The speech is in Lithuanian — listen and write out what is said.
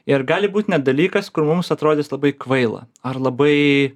ir gali būt net dalykas kur mums atrodys labai kvaila ar labai